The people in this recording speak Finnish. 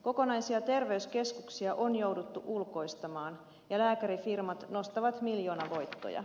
kokonaisia terveyskeskuksia on jouduttu ulkoistamaan ja lääkärifirmat nostavat miljoonavoittoja